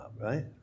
right